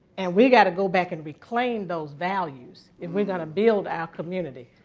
and we got to go back and reclaim those values if we're going to build our community.